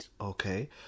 Okay